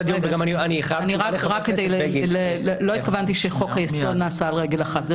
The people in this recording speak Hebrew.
לא התכוונתי שחוק היסוד נעשה על רגל אחת.